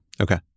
okay